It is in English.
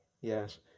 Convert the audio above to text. Yes